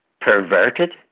perverted